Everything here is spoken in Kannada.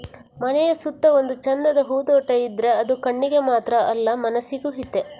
ಮನೆಯ ಸುತ್ತ ಒಂದು ಚಂದದ ಹೂದೋಟ ಇದ್ರೆ ಅದು ಕಣ್ಣಿಗೆ ಮಾತ್ರ ಅಲ್ಲ ಮನಸಿಗೂ ಹಿತ